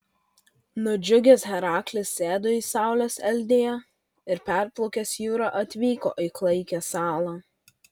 nudžiugęs heraklis sėdo į saulės eldiją ir perplaukęs jūrą atvyko į klaikią salą